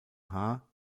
haar